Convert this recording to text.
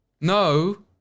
No